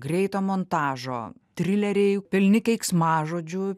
greito montažo trileriai pilni keiksmažodžių